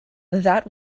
that